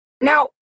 now